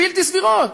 בלתי סבירות.